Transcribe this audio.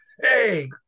hey